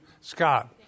scott